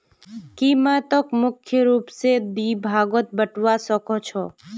कीमतक मुख्य रूप स दी भागत बटवा स ख छ